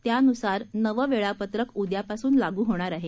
त्यानुसार नवं वेळापत्रक उद्यापासून लागू होणार आहे